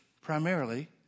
primarily